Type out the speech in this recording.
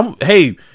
hey